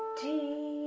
d,